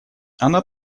она